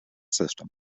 system